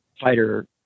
fighter